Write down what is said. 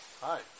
Hi